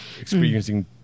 experiencing